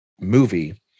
movie